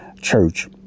church